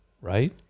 right